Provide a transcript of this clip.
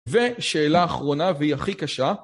ושאלה אחרונה והיא הכי קשה.